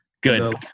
Good